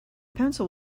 pencil